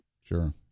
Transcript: Sure